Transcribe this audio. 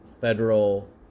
federal